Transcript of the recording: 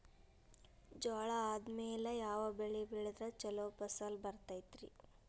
ಜ್ವಾಳಾ ಆದ್ಮೇಲ ಯಾವ ಬೆಳೆ ಬೆಳೆದ್ರ ಛಲೋ ಫಸಲ್ ಬರತೈತ್ರಿ?